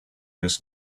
his